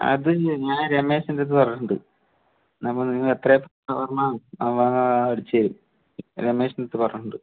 അത് ഞാൻ രമേഷൻ്റടുത്ത് പറഞ്ഞിട്ടുണ്ട് നമ്മള് നിങ്ങളെത്രയാണ് സാധാരണ ശരി രമേഷൻ്റടുത്ത് പറഞ്ഞിട്ടുണ്ട്